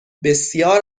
بسیار